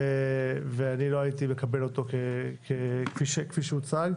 ולא הייתי מקבל אותו כפי שהוא הוצג.